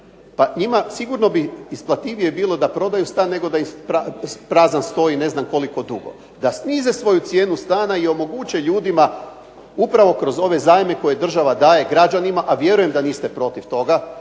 Pa njima sigurno bi isplativije bilo da prodaju stan nego da im prazan stoji ne znam koliko dugo, da snize svoju cijenu stana i omoguće ljudima upravo kroz ove zajmove koje država daje građanima, a vjerujem da niste protiv toga